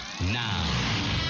now